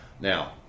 Now